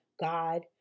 God